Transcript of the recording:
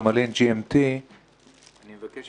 GMT. אני מבקש,